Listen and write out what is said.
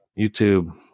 YouTube